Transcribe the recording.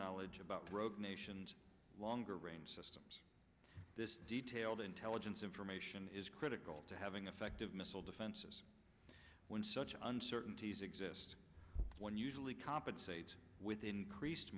knowledge about rogue nations longer range systems this detailed intelligence information is critical to having effective missile defenses when such uncertainties exist one usually compensates with increased